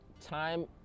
time